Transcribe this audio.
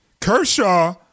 Kershaw